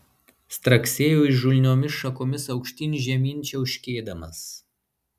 straksėjo įžulniomis šakomis aukštyn žemyn čiauškėdamas